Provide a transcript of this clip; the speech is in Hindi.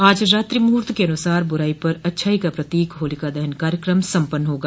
आज रात्रि मुहूर्त के अनुसार बुराई पर अच्छाई का प्रतीक होलिका दहन कार्यक्रम सम्पन्न होगा